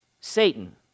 Satan